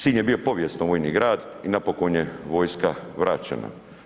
Sinj je bio povijesno vojni grad i napokon je vojska vraćena.